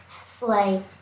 sleigh